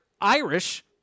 Irish